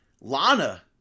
Lana